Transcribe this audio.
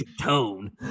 tone